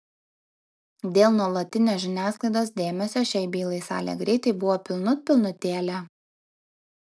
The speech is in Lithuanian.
dėl nuolatinio žiniasklaidos dėmesio šiai bylai salė greitai buvo pilnut pilnutėlė